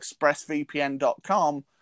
expressvpn.com